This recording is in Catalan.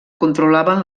controlaven